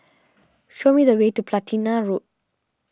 show me the way to Platina Road